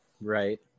Right